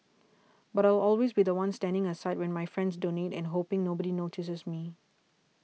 but I'll always be the one standing aside when my friends donate and hoping nobody notices me